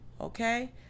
okay